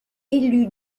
élu